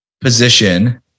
position